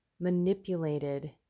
manipulated